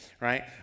right